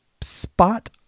spot